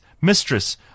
mistress